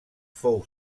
fou